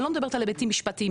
אני לא מדברת על היבטים משפטיים,